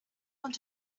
want